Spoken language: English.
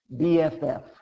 BFF